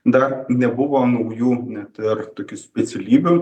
dar nebuvo naujų net ir tokių specialybių